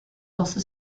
also